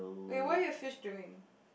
wait what your fish doing